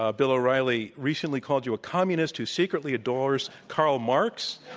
ah bill o'reilly recently called you a communist who secretly adores karl marx.